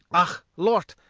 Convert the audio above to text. ah! lort,